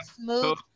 smooth